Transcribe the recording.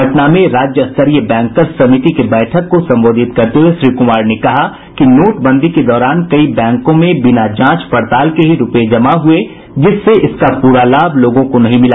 पटना में राज्य स्तरीय बैंकर्स समिति की बैठक को संबोधित करते हुये श्री कुमार ने कहा कि नोटबंदी के दौरान कई बैंकों में बिना जांच पड़ताल के ही रूपये जमा हुये जिससे इसका पूरा लाभ लोगों को नहीं मिला